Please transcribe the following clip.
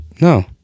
No